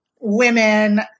women